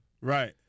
Right